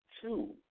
two